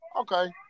Okay